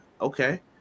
Okay